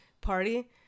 party